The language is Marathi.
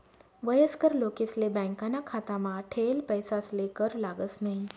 वयस्कर लोकेसले बॅकाना खातामा ठेयेल पैसासले कर लागस न्हयी